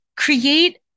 Create